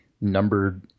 numbered